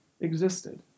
existed